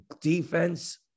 defense